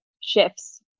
shifts